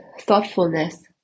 thoughtfulness